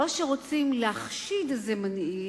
או כשרוצים להחשיד איזה מנהיג,